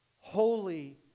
holy